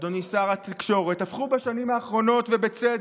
אדוני שר התקשורת, הפכו בשנים האחרונות, ובצדק,